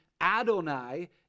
Adonai